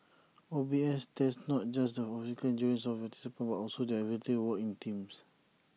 O B S tests not just the physical endurance of participants but also their ability to work in teams